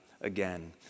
again